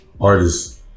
artists